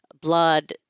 blood